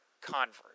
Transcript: convert